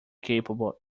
capable